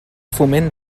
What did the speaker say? foment